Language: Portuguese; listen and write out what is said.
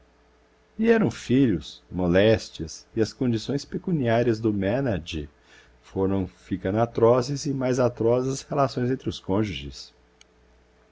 eles vieram filhos moléstias e as condições pecuniárias do ménage foram ficando atrozes e mais atrozes as relações entre os cônjuges